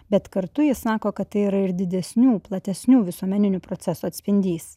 bet kartu jis sako kad tai yra ir didesnių platesnių visuomeninių procesų atspindys